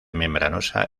membranosa